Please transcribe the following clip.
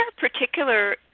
particular –